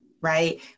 right